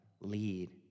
lead